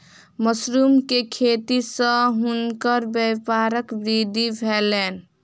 mushroom के खेती सॅ हुनकर व्यापारक वृद्धि भेलैन